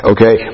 Okay